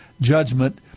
judgment